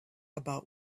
about